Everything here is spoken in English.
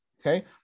Okay